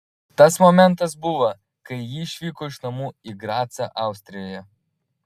tas momentas buvo kai ji išvyko iš namų į gracą austrijoje